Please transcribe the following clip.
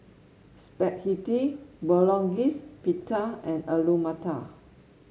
Spaghetti Bolognese Pita and Alu Matar